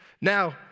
Now